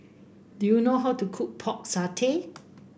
do you know how to cook Pork Satay